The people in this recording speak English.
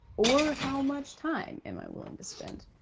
or how much time am i willing to spend,